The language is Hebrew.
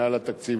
מעל התקציב,